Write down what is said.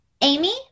Amy